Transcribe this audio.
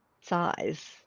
size